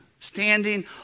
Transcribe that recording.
Standing